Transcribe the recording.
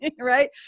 right